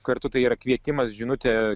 kartu tai yra kvietimas žinutė